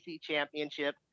championship